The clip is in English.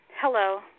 Hello